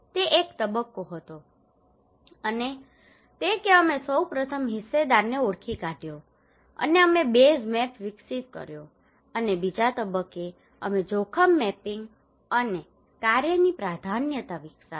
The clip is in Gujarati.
તે એક તબક્કો હતો અને તે કે અમે સૌ પ્રથમ હિસ્સેદારને ઓળખી કાઢ્યો અને અમે બેઝ મેપ વિકસિત કર્યો અને બીજા તબક્કે અમે જોખમ મેપિંગ અને કાર્યની પ્રાધાન્યતા વિકસાવી